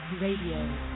Radio